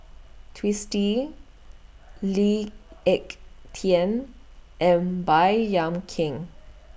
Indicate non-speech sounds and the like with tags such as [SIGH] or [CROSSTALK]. Twisstii [NOISE] Lee Ek Tieng and Baey Yam Keng [NOISE]